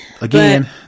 Again